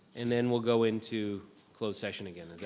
and then we'll go into closed session again, and